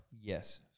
yes